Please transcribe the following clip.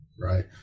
right